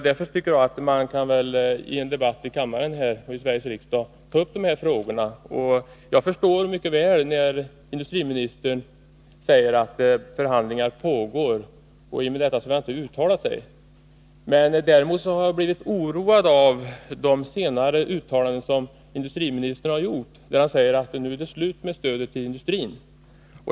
Därför tycker jag att man i en debatt i den svenska riksdagens kammare kan ta upp de här frågorna. Jag förstår mycket väl när industriministern säger att förhandlingar pågår och att han i och med det inte vill uttala sig. Däremot har jag blivit oroad av de senare uttalanden som industriministern har gjort, där han säger att det nu är slut med stödet till industrin.